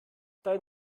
dein